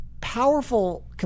powerful